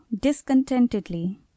discontentedly